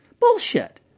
Bullshit